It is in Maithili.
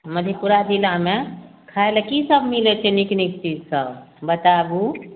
मधेपुरा जिलामे खाइ लए की सब मिलय छै नीक नीक चीज सब बताबु